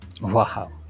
Wow